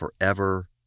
forever